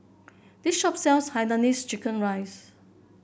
this shop sells Hainanese Chicken Rice